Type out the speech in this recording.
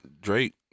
Drake